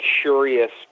curious